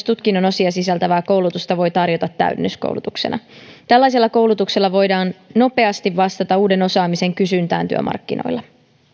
tutkinnon osia sisältävää koulutusta voi tarjota täydennyskoulutuksena tällaisella koulutuksella voidaan nopeasti vastata uuden osaamisen kysyntään työmarkkinoilla